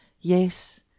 Yes